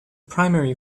primary